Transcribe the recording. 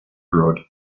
road